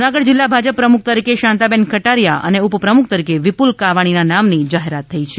જૂનાગઢ જિલ્લા ભાજપ પ્રમુખ તરીકે શાંતાબેન ખટારીયા અને ઉપપ્રમુખ તરીકે વિપૂલ કાવાણીના નામની જાહેરાત થઈ છે